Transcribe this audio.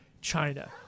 China